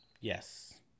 Yes